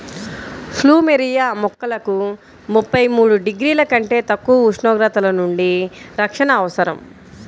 plumeria మొక్కలకు ముప్పై మూడు డిగ్రీల కంటే తక్కువ ఉష్ణోగ్రతల నుండి రక్షణ అవసరం